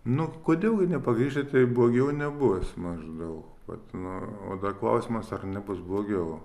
nu kodėl gi nepakrikštyti jei blogiau nebus maždaug vat nu o dar klausimas ar nebus blogiau